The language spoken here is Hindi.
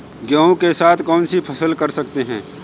गेहूँ के साथ कौनसी फसल कर सकते हैं?